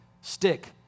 stick